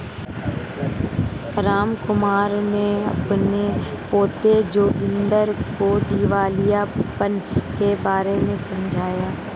रामकुमार ने अपने पोते जोगिंदर को दिवालियापन के बारे में समझाया